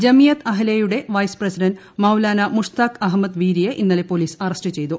ജമി അത് അഹലെയുടെ vice president Maulana Mushtaq Ahmed വീരിയെ ഇന്നലെ പോലീസ് അറസ്റ്റ് ചെയ്തു